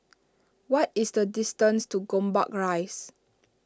what is the distance to Gombak Rise